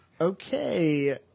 okay